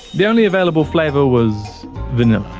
the only available flavour was vanilla.